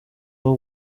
n’u